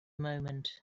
moment